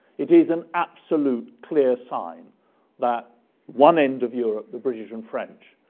it is an absolute clear sign that one end of europe, the british and french,